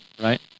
right